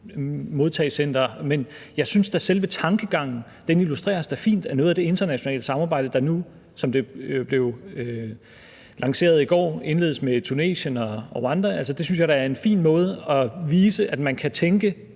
modtagecenter, men jeg synes da, at selve tankegangen fint illustreres af noget af det internationale samarbejde, der nu, sådan som det blev lanceret i går, indledes med Tunesien og Rwanda. Det synes jeg da er en fin måde at vise, at man kan tænke